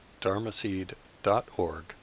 dharmaseed.org